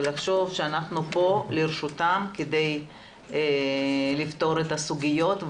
ולחשוב שאנחנו פה לרשותם כדי לפתור את הסוגיות,